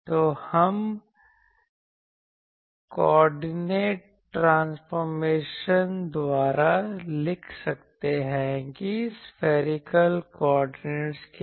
तो हम coordinate transformation द्वारा लिख सकते हैं कि सफैरीकल कोऑर्डिनेट के लिए